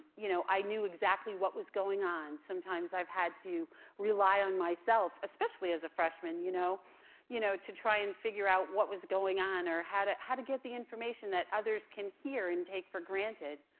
you know i knew exactly what was going on. sometimes i've had to rely on myself, especially as a freshman, you know you know to try to try and figure out what was going on or how to how to get the information that others can hear and take for granted.